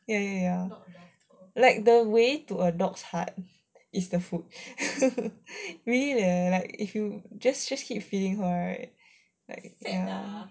ya ya ya like the way to a dog's heart is the food really leh like if you just keep feeding her right like